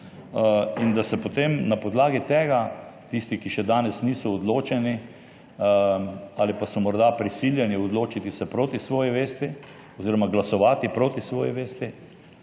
in da bi potem na podlagi tega tisti, ki še danes niso odločeni ali so morda prisiljeni odločiti se proti svoji vesti oziroma glasovati proti svoji vesti,